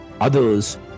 others